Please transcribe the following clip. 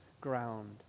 ground